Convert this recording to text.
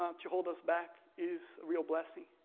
um to hold us back is a real blessing.